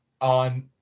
on